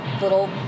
little